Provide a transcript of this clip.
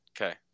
Okay